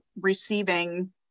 receiving